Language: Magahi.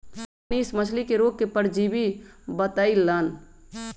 मनीष मछ्ली के रोग के परजीवी बतई लन